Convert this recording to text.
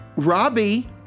Robbie